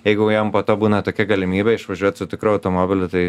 jeigu jam po to būna tokia galimybė išvažiuot su tikru automobiliu tai